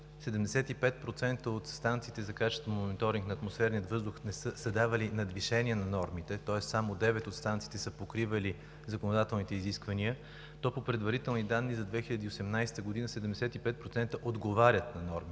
75% от станциите за качество на мониторинг на атмосферния въздух са давали надвишение на нормите, тоест само девет от станциите са покривали законодателните изисквания, то по предварителни данни за 2018 г. 75% отговарят на нормите.